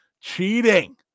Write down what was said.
cheating